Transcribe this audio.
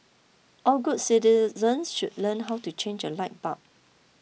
all good citizens should learn how to change a light bulb